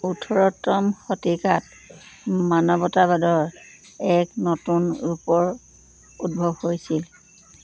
ওঠৰতম শতিকাত মানৱতাবাদৰ এক নতুন ৰূপৰ উদ্ভৱ হৈছিল